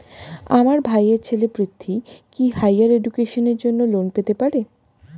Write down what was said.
আমার ভাইয়ের ছেলে পৃথ্বী, কি হাইয়ার এডুকেশনের জন্য লোন পেতে পারে?